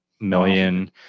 million